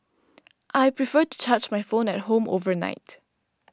I prefer to charge my phone at home overnight